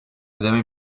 ödeme